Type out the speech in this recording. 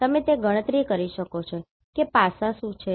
તમે જે ગણતરી કરી શકો છો તે પાસા શું છે